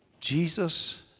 Jesus